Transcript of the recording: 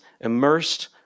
immersed